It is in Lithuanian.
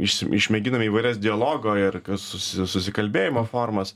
išm išmėginam įvairias dialogo ir susi susikalbėjimo formas